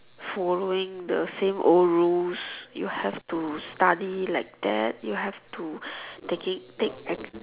following the same old rule you have to study like that you have to taking take